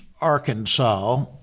Arkansas